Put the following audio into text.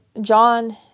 John